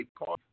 Call